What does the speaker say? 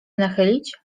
nachylić